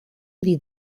die